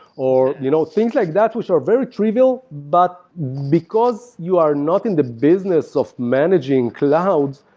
or you know things like that which are very trivial, but because you are not in the business of managing cloud,